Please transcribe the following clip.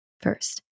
first